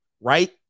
right